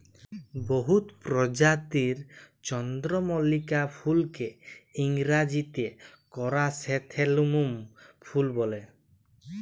বহুত পরজাতির চল্দ্রমল্লিকা ফুলকে ইংরাজিতে কারাসলেথেমুম ফুল ব্যলে